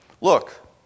look